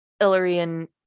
Illyrian